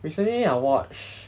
recently I watch